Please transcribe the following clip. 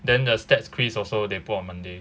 then the stats quiz also they put on monday